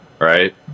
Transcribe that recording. Right